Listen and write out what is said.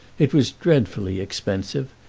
it was dreadfully expensive,